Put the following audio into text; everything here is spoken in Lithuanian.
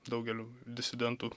daugeliui disidentų